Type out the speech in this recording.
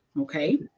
Okay